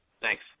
thanks